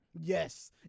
Yes